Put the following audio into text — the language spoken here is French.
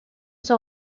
sont